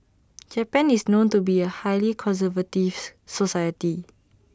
Japan is known to be A highly conservative society